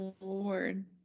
Lord